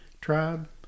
tribe